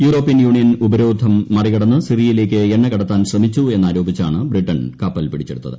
European Union ഉപരോധം മറികടന്ന് സിറിയയിലേക്ക് എണ്ണ കടത്താൻ ശ്രമിച്ചു എന്നാരോപിച്ചാണ് ബ്രിട്ടണ്ട് കപ്പൽ പിടിച്ചെടുത്തത്